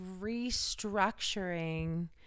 restructuring